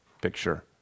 picture